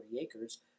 acres